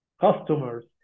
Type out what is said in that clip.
customers